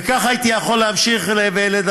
וכך הייתי יכול להמשיך ולדבר,